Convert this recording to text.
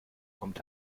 kommt